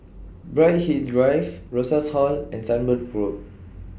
Bright Hill Drive Rosas Hall and Sunbird Road